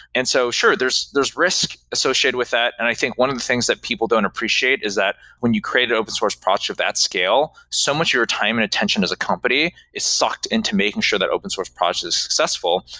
and so sure, there's there's risk associated with that, and i think one of the things that people don't appreciate is that when you create an open source project of that scale, so much of your time and attention as a company is sucked into making sure that open source project is successful,